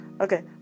Okay